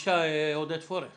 חבר הכנסת עודד פורר בבקשה.